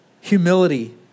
humility